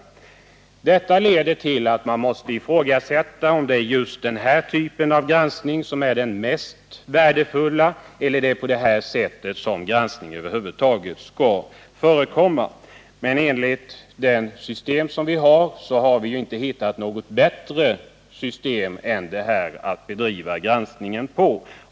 Man måste mot denna bakgrund ifrågasätta, om den typ av granskning som äger rum är den mest värdefulla som kan tänkas och om granskningen över huvud taget skall genomföras på det sätt som nu sker. Vi har dock inte hittat något bättre system än det nuvarande att bedriva granskningen på.